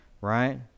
right